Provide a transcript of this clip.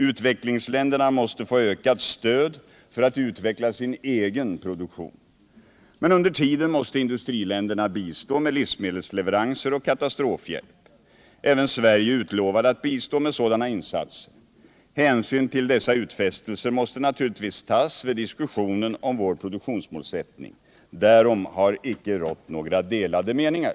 Utvecklingsländerna måste få ökat stöd för att kunna utveckla sin egen produktion. Under tiden måste industriländerna bistå med livsmedelsleveranser och katastrofhjälp. Även Sverige utlovade att bistå med sådana insatser. Hänsyn till dessa utfästelser måste naturligtvis tas i diskussionen om vår produktionsmålsättning. Därom har icke rått några delade meningar.